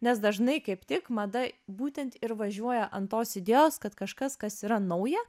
nes dažnai kaip tik mada būtent ir važiuoja ant tos idėjos kad kažkas kas yra nauja